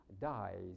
dies